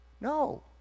No